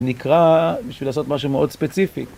נקרא בשביל לעשות משהו מאוד ספציפי.